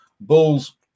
Bulls